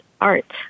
art